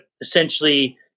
essentially